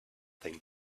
thing